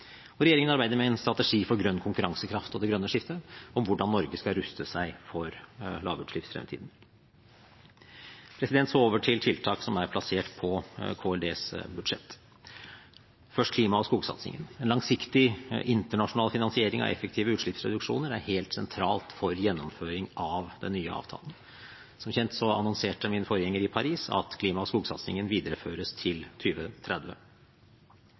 Regjeringen arbeider med en strategi for grønn konkurransekraft og det grønne skiftet om hvordan Norge skal ruste seg for lavutslippsfremtiden. Så over til tiltak som er plassert på KLDs budsjett, først klima- og skogsatsingen: En langsiktig, internasjonal finansiering av effektive utslippsreduksjoner er helt sentralt for gjennomføring av den nye avtalen. Som kjent annonserte min forgjenger i Paris at klima- og skogsatsingen videreføres til